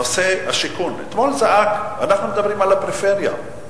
נושא השיכון, אנחנו מדברים על הפריפריה.